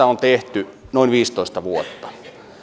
on tehty noin viisitoista vuotta